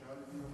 עונה?